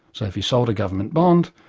so if you sold a government bond,